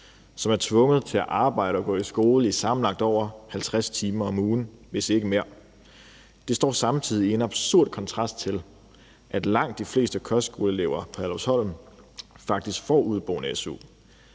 som er tvunget til at arbejde og gå i skole i sammenlagt og 50 timer om ugen, hvis ikke mere. Det står samtidig i en absurd kontrast til, at langt de fleste kostskoleelever på Herlufsholm faktisk får udeboende su.